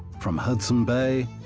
from hudson bay.